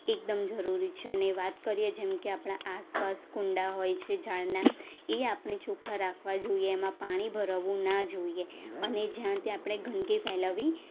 એકદમ જરૂરી છે અને વાત કરીએ જેમ કે આપણાં આસપાસ કુંડા હોય છે ઝાડનાં એ આપણે ચોખ્ખાં રાખવા જોઈએ એમાં પાણી ભરાવું ના જોઈએ અને જ્યાં ત્યાં આપણે ગંદકી ફેલાવવી